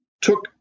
took